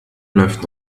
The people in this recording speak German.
läuft